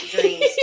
dreams